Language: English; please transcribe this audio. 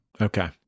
Okay